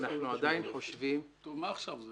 אנחנו עדיין חושבים --- טוב, מה עכשיו זה?